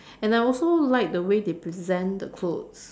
and I also like the way they present the clothes